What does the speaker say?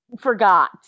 forgot